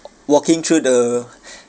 walking through the